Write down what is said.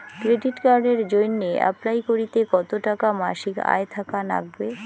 Credit কার্ডের জইন্যে apply করিতে কতো টাকা মাসিক আয় থাকা নাগবে?